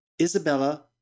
Isabella